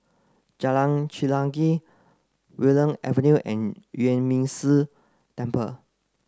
Jalan Chelagi Willow Avenue and Yuan Ming Si Temple